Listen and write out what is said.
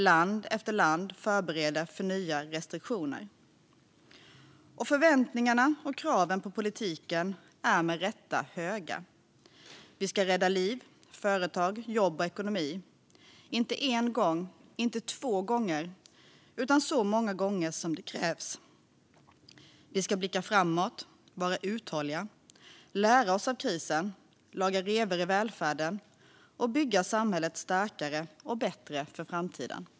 Land efter land förbereder för nya restriktioner. Förväntningarna och kraven på politiken är med rätta höga. Vi ska rädda liv, företag, jobb och ekonomi - inte en gång och inte två gånger utan så många gånger som det krävs. Och vi ska blicka framåt, vara uthålliga, lära oss av krisen, laga revor i välfärden och bygga samhället starkare och bättre för framtiden.